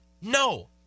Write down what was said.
No